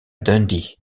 dundee